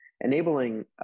enabling